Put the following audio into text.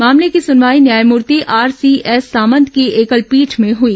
मामले की सुनवाई न्यायमूर्ति आरसीएस सामंत की एकल पीठ में हुई